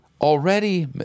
already